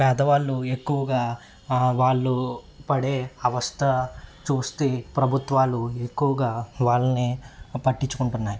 పేదవాళ్ళు ఎక్కువగా వాళ్ళు పడే అవస్థ చూస్తే ప్రభుత్వాలు ఎక్కువగా వాళ్ళని పట్టించుకుంటున్నాయి